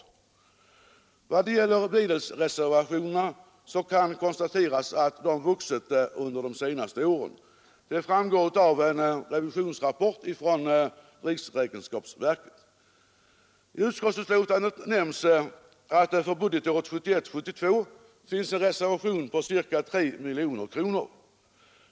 Pedagogiskt utveck I vad gäller medelsreservationerna kan det konstateras att dessa vuxit lingsarbete inom skolväsendet under de senaste åren. Det framgår av en revisionsrapport från riksräkenskapsverket. I utskottsbetänkandet nämns att det för budgetåret 1971/72 finns en reservation på ca 3 miljoner kronor.